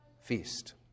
feast